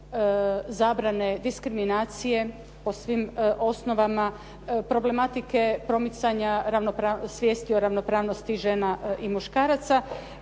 zabrane diskriminacije po svim osnovama, problematike, promicanja svijesti o ravnopravnosti žena i muškaraca